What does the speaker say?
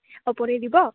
অঁ পনীৰ দিব